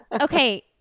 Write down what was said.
okay